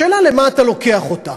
השאלה למה אתה לוקח אותה.